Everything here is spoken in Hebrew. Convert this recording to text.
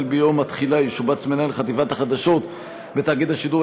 החל ביום התחילה ישובץ מנהל חטיבת החדשות בתאגיד השידור